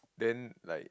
then like